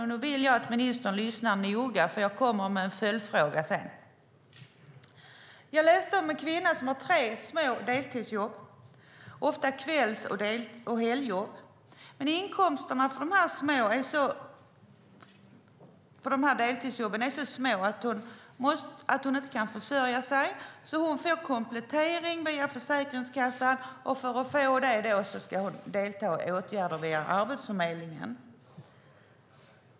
Jag vill att ministern lyssnar noga, för jag kommer med en följdfråga sedan. Jag läste om en kvinna som har tre deltidsjobb, och ofta jobbar hon kvällar och helger. Men inkomsterna från deltidsjobben är så små att hon inte kan försörja sig. Hon får därför komplettering via Försäkringskassan, och för att få det ska hon delta i åtgärder via Arbetsförmedlingen.